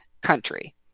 country